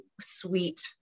sweet